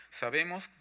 Sabemos